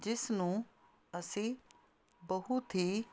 ਜਿਸ ਨੂੰ ਅਸੀਂ ਬਹੁਤ ਹੀ